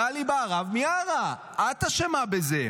גלי בהרב מיארה, את אשמה בזה,